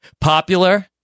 Popular